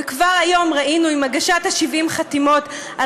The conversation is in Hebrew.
וכבר היום ראינו עם הגשת 70 החתימות על